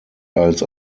als